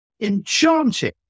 enchanting